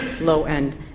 low-end